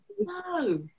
No